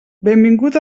benvingut